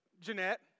Jeanette